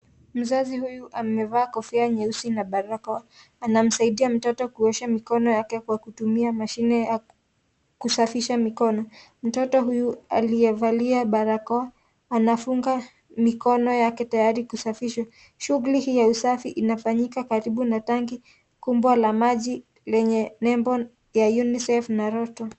Mzazi huyu amevaa kofia nyeusi na barakoa anamsaidia mtoto kuosha mikono yake kwa kutumia mashine ya kusafisha mikono. Mtoto huyu aliyevalia barakoa anafunga mikono yake tayari kusafishwa . Shughuli hii y usafi inafanyika karibu na tanki kubwa la maji lenye nembo ya UNICEF na roto .